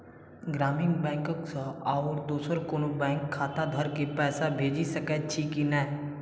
ग्रामीण बैंक सँ आओर दोसर कोनो बैंकक खाताधारक केँ पैसा भेजि सकैत छी की नै?